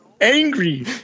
angry